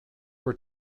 were